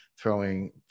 throwing